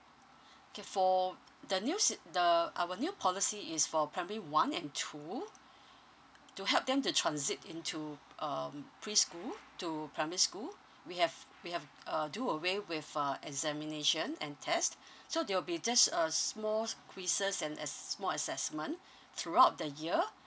okay for the new sea~ the our new policy is for primary one and two to help them to transit into um preschool to primary school we have we have uh do away with a examination and test so they will be just a small quizzes and a small assessment throughout the year